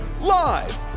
live